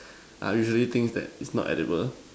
are usually things that is not edible